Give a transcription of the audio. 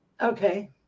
Okay